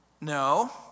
No